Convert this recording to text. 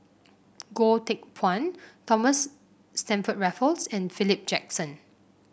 Goh Teck Phuan Thomas Stamford Raffles and Philip Jackson